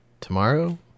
tomorrow